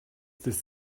this